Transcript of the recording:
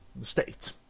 state